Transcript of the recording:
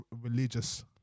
religious